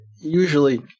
usually